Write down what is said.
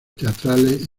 teatrales